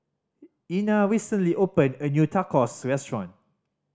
Ina recently opened a new Tacos Restaurant